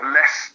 less